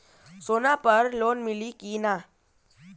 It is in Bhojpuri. सोना पर लोन मिली की ना?